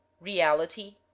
reality